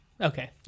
okay